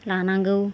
लानांगौ